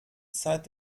zeit